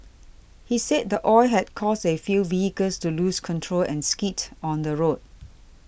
he said the oil had caused a few vehicles to lose control and skid on the road